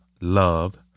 love